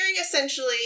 essentially –